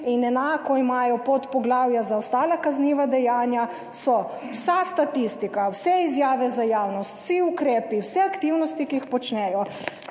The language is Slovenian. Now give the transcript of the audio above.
in enako imajo podpoglavja za ostala kazniva dejanja, so vsa statistika, vse izjave za javnost, vsi ukrepi, vse aktivnosti, ki jih počnejo